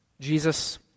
Jesus